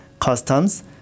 customs